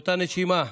באותה נשימה,